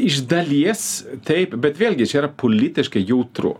iš dalies taip bet vėlgi čia yra politiškai jautru